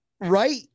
Right